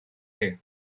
chi